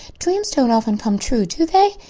dreams don't often come true, do they?